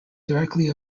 directly